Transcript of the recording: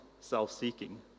self-seeking